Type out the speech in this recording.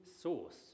source